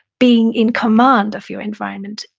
being in command of your environment,